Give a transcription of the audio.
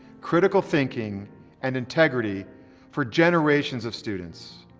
critical thinking and integrity for generations of students.